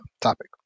topic